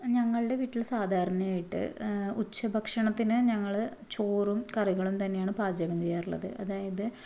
ഞങ്ങളുടെ വീട്ടിൽ സാധാരണയായിട്ട് ഉച്ചഭക്ഷണത്തിന് ഞങ്ങൾ ചോറും കറികളും തന്നെയാണ് പാചകം ചെയ്യാറുള്ളത് അതായത്